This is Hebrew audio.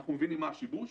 אנחנו מבינים מה השיבוש,